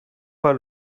pas